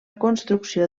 construcció